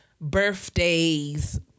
birthdays